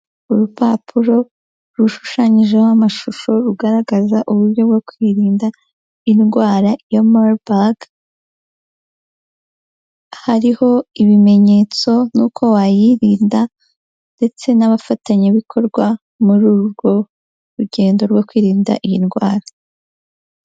Urupapuro rushushanyijeho amashusho rugaragaza uburyo bwo kwirinda indwara ya marubage; hariho ibimenyetso n'uko wayirinda ndetse n'abafatanyabikorwa muri urwo rugendo rwo kwirinda iyi ndwara.